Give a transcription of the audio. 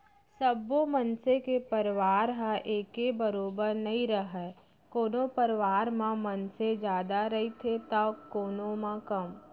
सब्बो मनसे के परवार ह एके बरोबर नइ रहय कोनो परवार म मनसे जादा रहिथे तौ कोनो म कम